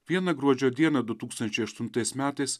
vieną gruodžio dieną du tūkstančiai aštuntais metais